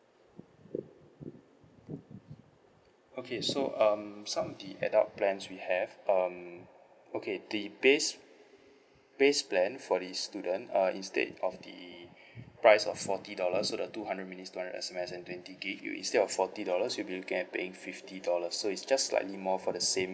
okay so um some the adult plans we have um okay the base base plan for the student uh instead of the price of forty dollars so the two hundred minutes two hundred S_M_S and twenty gig you instead of forty dollars you will looking at paying fifty dollar so it's just slightly more for the same